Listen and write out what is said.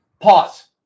Pause